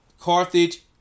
Carthage